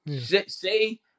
Say